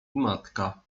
matka